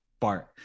Bart